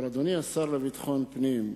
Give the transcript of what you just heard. אבל, אדוני השר לביטחון פנים,